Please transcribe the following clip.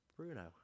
Bruno